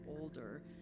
older